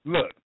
Look